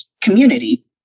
community